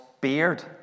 beard